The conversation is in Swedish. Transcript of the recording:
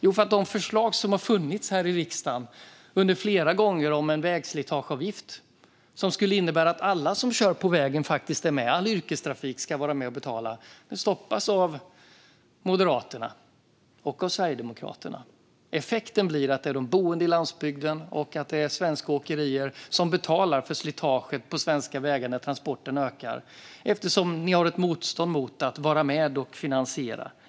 Jo, de förslag som flera gånger har funnits här i riksdagen om en vägslitageavgift som skulle innebära att alla som kör i yrkestrafik på vägen skulle vara med och betala, stoppas av Moderaterna och Sverigedemokraterna. Effekten blir att det är de boende på landsbygden och de svenska åkerierna som betalar för slitaget på svenska vägar när transporterna ökar, eftersom ni har ett motstånd mot att vara med och finansiera.